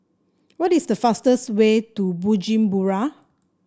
what is the fastest way to Bujumbura